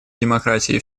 демократии